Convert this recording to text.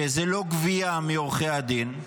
שהם לא גבייה מעורכי הדין.